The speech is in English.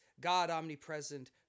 god-omnipresent